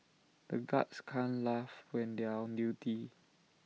the guards can't laugh when they are on duty